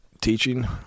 teaching